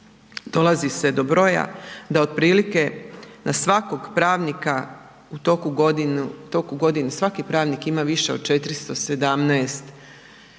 dolazi se do broja da otprilike na svakog pravnika u toku godine, svaki pravnik ima više od 417 pojedinačnih